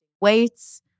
weights